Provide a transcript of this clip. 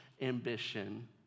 ambition